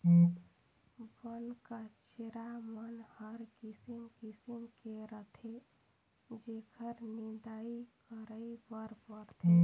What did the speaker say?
बन कचरा मन हर किसिम किसिम के रहथे जेखर निंदई करे बर परथे